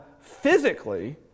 physically